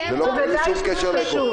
אין שום קשר לאיכון.